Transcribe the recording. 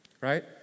right